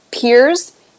peers